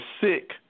sick